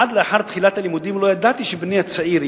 עד לאחר תחילת הלימודים לא ידעתי שבני הצעיר,